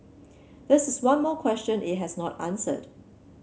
this is one more question it has not answered